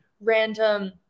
random